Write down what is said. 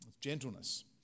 Gentleness